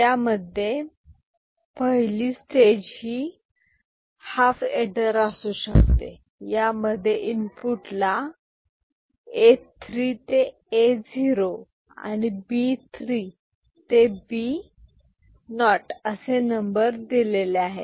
यामध्ये पहिली स्टेज ही हाफ एडर असू शकते यामध्ये इनपुट ला A3 ते A0 आणि B3 ते B0 असे नंबर दिलेले आहे